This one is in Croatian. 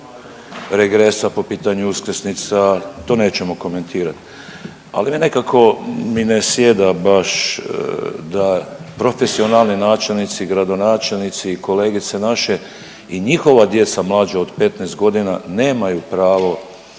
regresa, po pitanju uskrsnica to nećemo komentirati. Ali mi nekako mi ne sjeda baš da profesionalni načelnici, gradonačelnici i kolegice naše i njihova djeca mlađa od 15 godina nemaju pravo